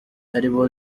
aribo